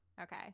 Okay